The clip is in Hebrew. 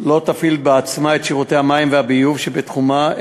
לא תפעיל בעצמה את שירותי המים והביוב שבתחומה,